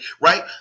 right